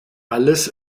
alles